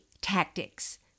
tactics